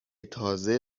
تازه